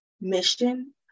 mission